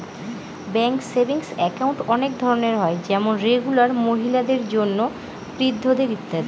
ব্যাঙ্কে savings account অনেক ধরনের হয় যেমন রেগুলার, মহিলাদের জন্য, বৃদ্ধদের ইত্যাদি